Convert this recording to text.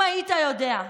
אם היית יודע,